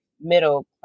middle